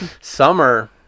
Summer